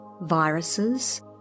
viruses